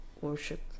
worship